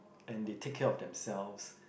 and they take care of them selves